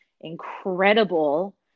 incredible